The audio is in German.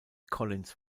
collins